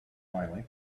finally